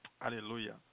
Hallelujah